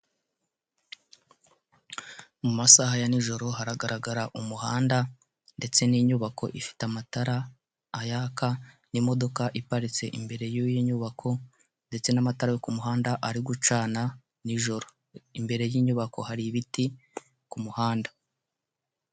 Mumasaha ya nijoro haragaragara umuhanda ndetse n' inyubako ifite amatara ayaka n' imodoka iparitse, imbere yiyo nyubako ndetse n' amatara yo kumuhanda ari gucana nijoro, imbere y' inyubako hari ibiti kumuhanda.